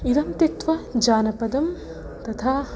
इदं त्यक्त्वा जानपदं तथा